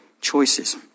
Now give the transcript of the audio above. choices